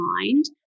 mind